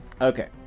Okay